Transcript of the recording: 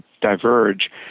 diverge